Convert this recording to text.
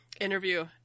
interview